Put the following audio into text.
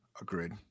Agreed